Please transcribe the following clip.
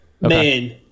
man